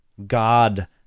god